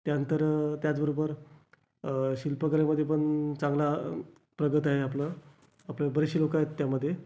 त्यानंतर त्याचबरोबर शिल्पकलेमध्ये पण चांगला प्रगत आहे आपलं आपले बरेचसे लोकं आहेत त्यामध्ये